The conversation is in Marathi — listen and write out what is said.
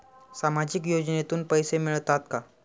सामाजिक योजनेतून पैसे मिळतात का?